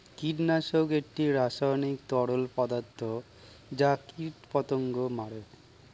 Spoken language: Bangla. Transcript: কীটনাশক একটি রাসায়নিক তরল পদার্থ যা কীটপতঙ্গ মারে